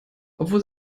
obwohl